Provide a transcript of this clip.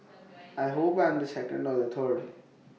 I hope I'm the second or the third